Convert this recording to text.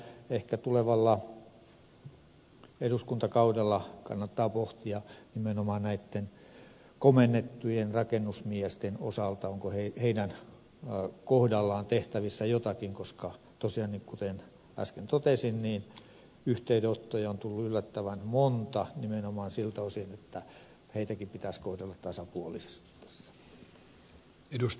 ehkä tulevalla eduskuntakaudella kannattaa pohtia nimenomaan näitten komennettujen rakennusmiesten osalta onko heidän kohdallaan tehtävissä jotakin koska tosiaan kuten äsken totesin yhteydenottoja on tullut yllättävän monta nimenomaan siltä osin että heitäkin pitäisi kohdella tasapuolisesti tässä